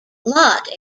lott